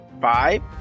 five